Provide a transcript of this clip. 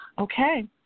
Okay